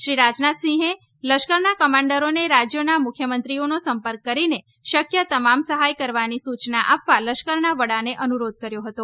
શ્રી રાજનાથસિંહે સેનાના કમાન્ડરોને રાજ્યોના મુખ્યમંત્રીઓનો સંપર્ક કરીને શક્ય તમામ સહાય કરવાની સૂચના આપવા લશ્કરના વડાને અનુરોધ કર્યો હતો